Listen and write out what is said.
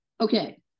okay